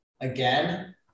again